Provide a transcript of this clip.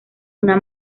una